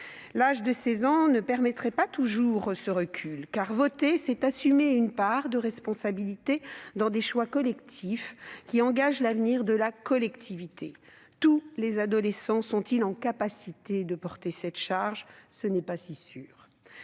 L'âge de 16 ans ne permettrait pas toujours ce recul. Car voter, c'est assumer une part de responsabilités dans des choix collectifs qui engagent l'avenir de la collectivité. Tous les adolescents sont-ils en capacité de porter cette charge ? Ce n'est pas si sûr.